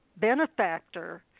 Benefactor